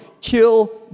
kill